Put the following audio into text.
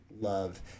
love